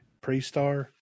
pre-star